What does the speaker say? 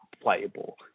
playable